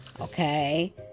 Okay